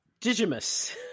digimus